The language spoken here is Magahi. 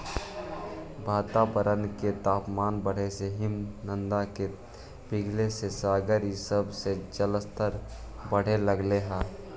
वातावरण के तापमान बढ़े से हिमनद के पिघले से सागर इ सब के जलस्तर बढ़े लगऽ हई